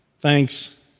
Thanks